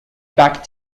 back